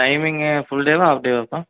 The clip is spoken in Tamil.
டைமிங்கு ஃபுல் டேவா ஆஃப் டேவாப்பா